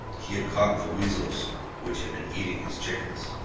he had caught the weasels which had been eating his chickens.